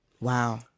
wow